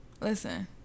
Listen